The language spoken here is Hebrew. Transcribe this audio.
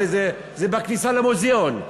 זה בכניסה למוזיאון.